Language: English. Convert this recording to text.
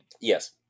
Yes